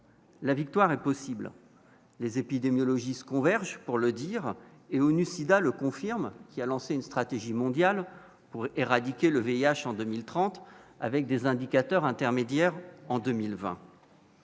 la victoire est possible, les épidémiologistes convergent pour le dire et ONU-Sida le confirme qu'il a lancé une stratégie mondiale pour éradiquer le VIH en 2030, avec des indicateurs intermédiaire en 2020,